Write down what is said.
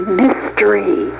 mystery